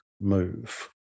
move